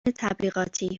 تبلیغاتی